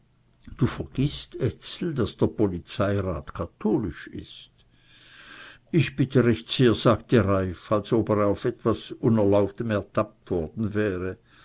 du vergißt ezel daß der polizeirat katholisch ist ich bitte recht sehr sagte reiff als ob er auf etwas unerlaubtem ertappt worden wäre